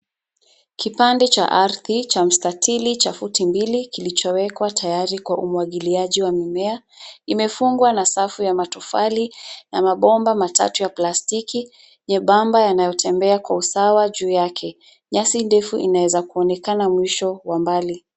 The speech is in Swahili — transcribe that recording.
Kipande cha ardhi cha mstatili cha futi mbili kilichowekwa tayari kwa umwagiliaji wa mimea. Imefungwa na safu ya matofali, na mabomba matatu ya plastiki nyembamba yanayotembea kwa usawa juu yake. Nyasi ndefu inaweza kuonekana mwisho wa mbali.